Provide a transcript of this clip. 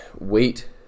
wait